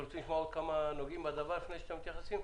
רוצים לשמוע התייחסות של כמה מהנוגעים בדבר לפני שאתם מתייחסים?